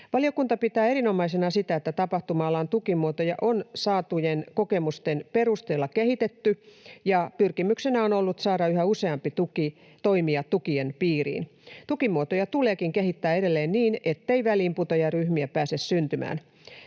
Valiokunta pitää erinomaisena sitä, että tapahtuma-alan tukimuotoja on saatujen kokemusten perusteella kehitetty ja pyrkimyksenä on ollut saada yhä useampi toimija tukien piiriin. Tukimuotoja tuleekin kehittää edelleen niin, ettei väliinputoajaryhmiä pääse syntymään.